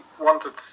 wanted